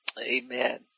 amen